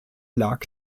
lag